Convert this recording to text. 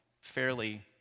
fairly